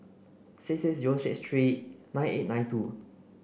six six zero six three nine eight nine two